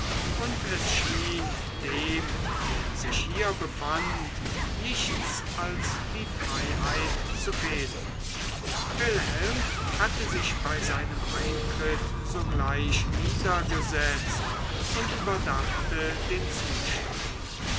und es schien dem der sich hier befand nichts als die freiheit zu fehlen wilhelm hatte sich bei seinem eintritt sogleich niedergesetzt und überdachte den zustand